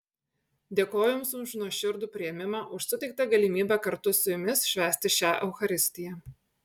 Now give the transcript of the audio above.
dėkoju jums už nuoširdų priėmimą už suteiktą galimybę kartu su jumis švęsti šią eucharistiją